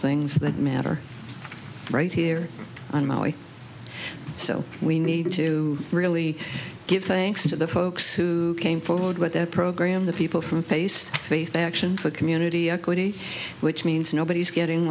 things that matter right here on maui so we need to really give thanks to the folks who came forward with their program the people from face faith action for community equity which means nobody's getting